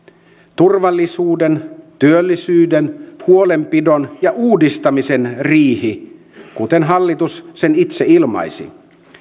turvallisuuden työllisyyden huolenpidon ja uudistamisen riihi kuten hallitus sen itse ilmaisi